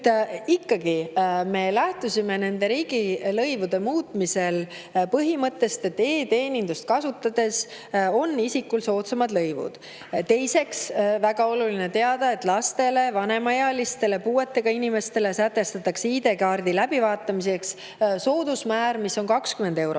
Nüüd, me lähtusime riigilõivude muutmisel ikkagi põhimõttest, et e-teenindust kasutades on isikule lõivud soodsamad. Teiseks, väga oluline on teada, et lastele, vanemaealistele ja puuetega inimestele sätestatakse ID-kaardi läbivaatamise soodusmäär, mis on 20 eurot.